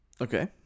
okay